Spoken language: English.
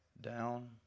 down